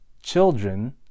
children